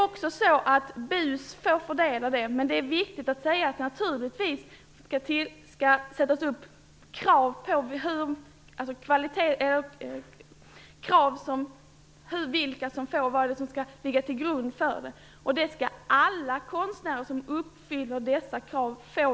Om BUS får fördela denna ersättning är det naturligtvis viktigt att det ställs krav på kvalitet på mottagarna. Alla konstnärer som uppfyller dessa krav skall kunna få individuell visningsersättning.